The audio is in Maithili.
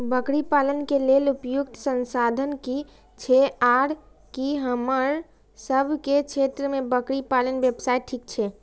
बकरी पालन के लेल उपयुक्त संसाधन की छै आर की हमर सब के क्षेत्र में बकरी पालन व्यवसाय ठीक छै?